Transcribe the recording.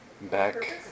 Back